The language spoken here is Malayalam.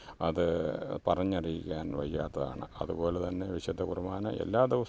അതു പറഞ്ഞറിയിക്കാൻ വയ്യാത്തതാണ് അതുപോലെതന്നെ വിശുദ്ധ കുർബാന എല്ലാ ദിവസവും